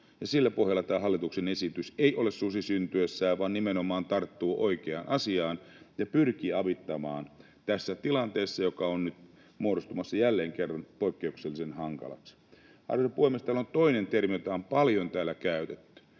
Sillä pohjalla tämä hallituksen esitys ei ole susi syntyessään vaan nimenomaan tarttuu oikeaan asiaan ja pyrkii avittamaan tässä tilanteessa, joka on nyt muodostumassa jälleen kerran poikkeuksellisen hankalaksi. Arvoisa puhemies! On toinen termi, jota on paljon täällä käytetty,